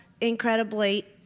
incredibly